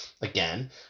again